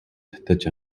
татаж